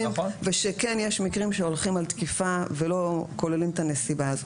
ושכן יש מקרים שהולכים על תקיפה ולא כוללים את הנסיבה.